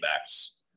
backs